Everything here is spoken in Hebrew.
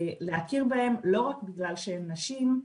אז להכיר בהן לא רק בגלל שהן נשים,